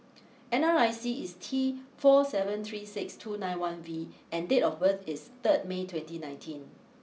N R I C is T four seven three six two nine one V and date of birth is third May twenty nineteen